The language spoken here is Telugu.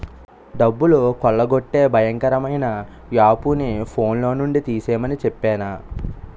డబ్బులు కొల్లగొట్టే భయంకరమైన యాపుని ఫోన్లో నుండి తీసిమని చెప్పేనా